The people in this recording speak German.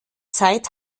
zeit